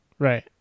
Right